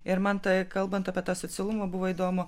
ir man tą kalbant apie tą socialumą buvo įdomu